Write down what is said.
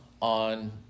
on